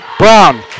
Brown